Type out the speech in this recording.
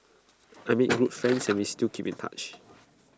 I made good friends and we still keep in touch